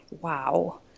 wow